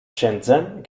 shenzhen